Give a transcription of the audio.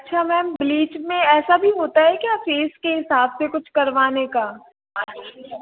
अच्छा ma'am bleach में ऐसा भी होता है क्या फेस के हिसाब से कुछ करवाने का